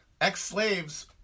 ex-slaves